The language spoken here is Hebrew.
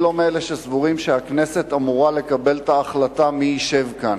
שסבורים שהכנסת אמורה לקבל את ההחלטה מי ישב כאן.